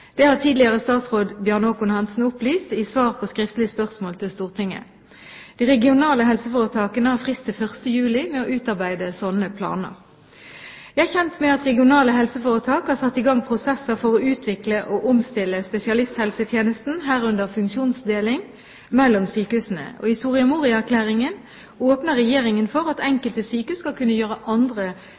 Det har tidligere statsråd Bjarne Håkon Hanssen opplyst i svar på skriftlig spørsmål til Stortinget. De regionale helseforetakene har frist til 1. juli med å utarbeide slike planer. Jeg er kjent med at regionale helseforetak har satt i gang prosesser for å utvikle og omstille spesialisthelsetjenesten, herunder funksjonsdeling mellom sykehusene. I Soria Moria-erklæringen åpner Regjeringen for at enkelte sykehus skal kunne gjøre andre